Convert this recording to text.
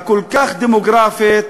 הכל-כך דמוגרפית,